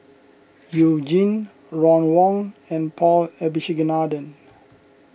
You Jin Ron Wong and Paul Abisheganaden